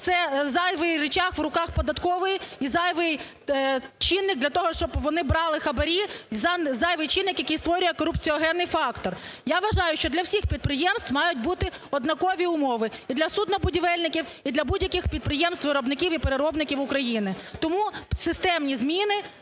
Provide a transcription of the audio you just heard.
Це зайвий ричаг в руках податкової і зайвий чинник для того, щоб вони брали хабарі – зайвий чинник, який створює корупціогенний фактор. Я вважаю, що для всіх підприємств мають бути однакові умови і для суднобудівельників, і для будь-яких підприємств виробників і переробників України. Тому системні зміни